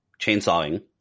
chainsawing